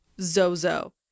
Zozo